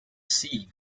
see